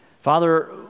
Father